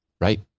Right